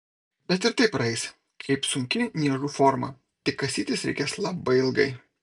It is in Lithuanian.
bet ir tai praeis kaip sunki niežų forma tik kasytis reikės labai ilgai